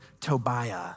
Tobiah